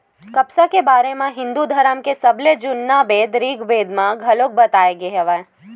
कपसा के बारे म हिंदू धरम के सबले जुन्ना बेद ऋगबेद म घलोक बताए गे हवय